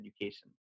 education